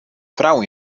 frou